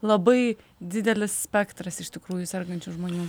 labai didelis spektras iš tikrųjų sergančių žmonių